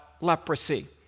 leprosy